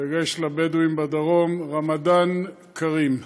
בדגש על הבדואים בדרום: רמדאן כרים.